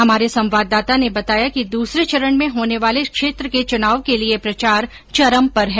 हमारे संवाददाता ने बताया कि दूसरे चरण में होने वाले इस क्षेत्र के चुनाव के लिये प्रचार चरम पर है